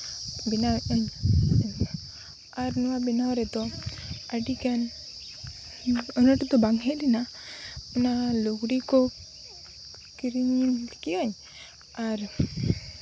ᱵᱮᱱᱟᱣᱮᱫᱼᱟᱹᱧ ᱟᱨ ᱱᱚᱣᱟ ᱵᱮᱱᱟᱣ ᱨᱮᱫᱚ ᱟᱹᱰᱤᱜᱟᱱ ᱟᱱᱟᱴ ᱫᱚ ᱵᱟᱝ ᱦᱮᱡᱽ ᱞᱮᱱᱟ ᱚᱱᱟ ᱞᱩᱜᱽᱲᱤ ᱠᱚ ᱠᱤᱨᱤᱧ ᱟᱹᱜᱩ ᱠᱮᱫᱼᱟᱹᱧ ᱟᱨ